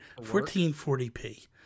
1440p